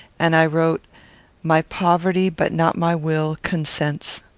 and i wrote my poverty, but not my will, consents.